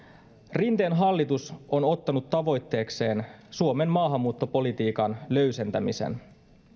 rinteen hallitus on ottanut tavoitteekseen suomen maahanmuuttopolitiikan löysentämisen